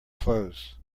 clothes